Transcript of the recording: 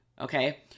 Okay